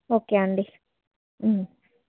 okay అండి